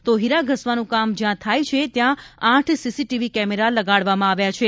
તો હીરા ઘસવાનું કામ જ્યાં થાય છે ત્યાં આઠ સીસીટીવી કેમેરા લગાડવામાં આવ્યા છે